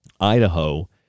Idaho